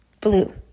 blue